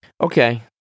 Okay